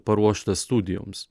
paruoštas studijoms